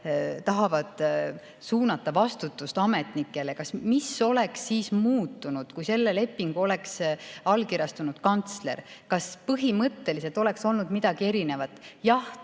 tahavad suunata vastutust ametnikele. Mis oleks siis muutunud, kui selle lepingu oleks allkirjastanud kantsler? Kas põhimõtteliselt oleks olnud midagi erinevat? Jah,